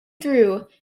through